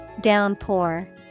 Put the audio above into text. Downpour